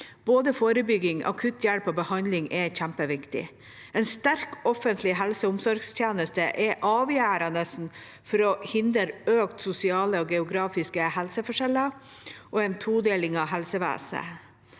Både forebygging, akutthjelp og behandling er kjempeviktig. En sterk offentlig helse- og omsorgstjeneste er avgjørende for å hindre økte sosiale og geografiske helseforskjeller og en todeling av helsevesenet.